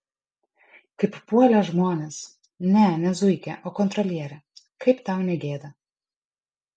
kaip puolė žmonės ne ne zuikę o kontrolierę kaip tau negėda